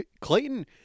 Clayton